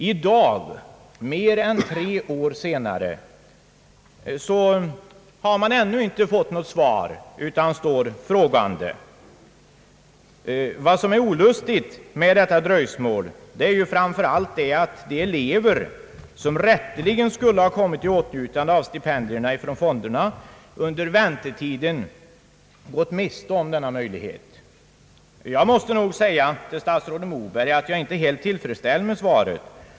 I dag, mer än tre år senare, har man ännu inte fått något svar utan står frågande. Vad som är det olustiga med detta dröjsmål är framför allt att de elever, som rätteligen skulle ha kommit i åtnjutande av stipendier från fonderna, under väntetiden gått miste om denna möjlighet. Jag måste nog säga till statsrådet Moberg att jag inte är helt tillfredsställd med svaret.